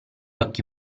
occhi